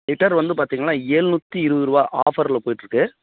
litre வந்து பார்த்தீங்கன்னா ஏழ்நூத்தி இருபது ருபா ஆஃபரில் போய்கிட்ருக்கு